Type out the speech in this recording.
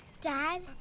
Dad